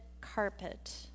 carpet